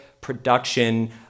production